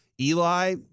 Eli